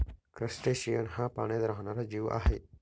crustacean हा पाण्यात राहणारा जीव आहे